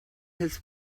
his